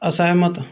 ਅਸਹਿਮਤ